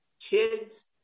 kids